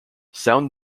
sound